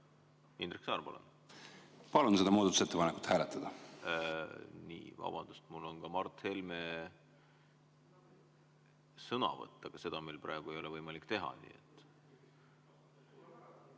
hääletada. Palun seda muudatusettepanekut hääletada. Nii. Vabandust, on ka Mart Helme sõnavõtt, aga seda meil praegu ei ole võimalik teha.